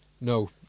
no